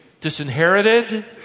disinherited